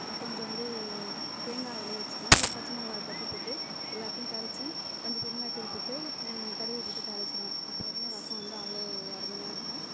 கொஞ்சோண்டு தேங்காய் அதிலயே வச்சுக்குவேன் ஒரு பச்சை மிளகாவ தட்டிப்போட்டு எல்லாத்தையும் கரைச்சி கொஞ்சம் பெருங்காயத்தூள் போட்டு கடுகை போட்டு தாளிச்சுடுவேன் அப்போ பார்த்திங்கனா ரசம் வந்து அவ்வளோ ஒரு அருமையாயிருக்கும்